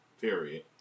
period